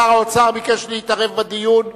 שר האוצר ביקש להתערב בדיון.